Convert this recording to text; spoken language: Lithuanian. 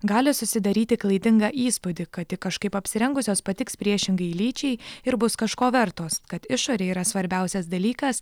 gali susidaryti klaidingą įspūdį kad tik kažkaip apsirengusios patiks priešingai lyčiai ir bus kažko vertos kad išorė yra svarbiausias dalykas